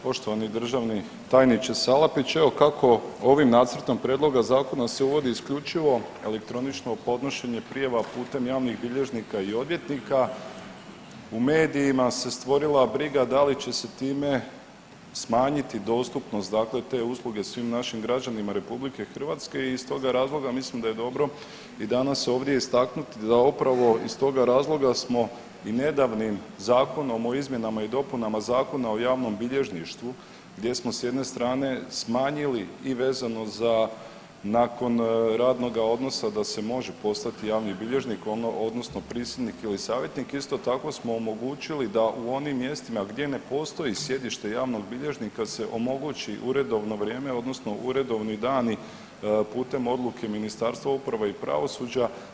Poštovani državni tajniče Salapić, evo kako ovim nacrtom prijedloga zakona se uvodi isključivo elektronično podnošenje prijava putem javnih bilježnika i odvjetnika u medijima se stvorila briga da li će se time smanjiti dostupnost dakle te usluge svim našim građanima RH i iz toga razloga mislim da je dobro i danas ovdje istaknuti da upravo iz toga razloga smo i nedavnim Zakonom o izmjenama i dopunama Zakona o javnom bilježništvu gdje smo s jedne strane smanjili i vezano za nakon radnoga odnosa da se može postati javni bilježnik odnosno prisjednik ili savjetnik isto tako smo omogućili da u onim mjestima gdje ne postoji sjedište javnog bilježnika se omogući uredovno vrijeme odnosno uredovni dani putem odluke Ministarstva uprave i pravosuđa.